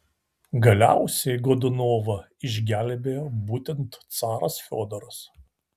galiausiai godunovą išgelbėjo būtent caras fiodoras